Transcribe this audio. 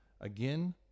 Again